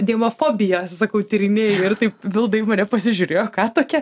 dėmofobiją sakau tyrinėji ir taip milda į mane pasižiūrėjo ką tokią